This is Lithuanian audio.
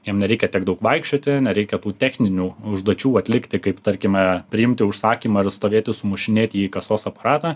jiem nereikia tiek daug vaikščioti nereikia tų techninių užduočių atlikti kaip tarkime priimti užsakymą ir stovėti sumušinėti jį į kasos aparatą